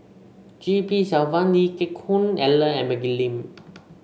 G P Selvam Lee Geck Hoon Ellen and Maggie Lim